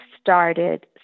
started